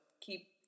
keep